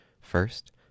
First